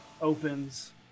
opens